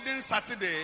Saturday